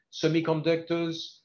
semiconductors